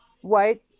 white